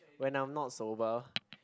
when I'm not sober